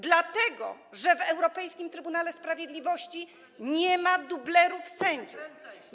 Dlatego że w europejskim Trybunale Sprawiedliwości nie ma dublerów sędziów.